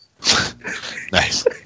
Nice